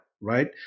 right